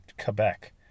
Quebec